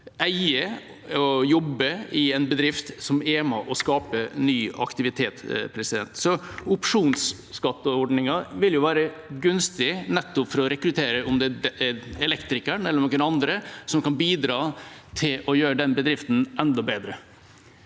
eie og å jobbe i en bedrift som er med på å skape ny aktivitet. Opsjonsskatteordningen ville jo være gunstig nettopp for å rekruttere elektrikeren eller andre som kan bidra til å gjøre den bedriften enda bedre.